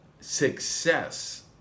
Success